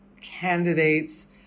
candidates